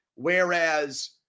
Whereas